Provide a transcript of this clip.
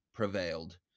prevailed